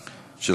3821,